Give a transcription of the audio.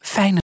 fijne